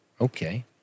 Okay